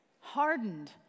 hardened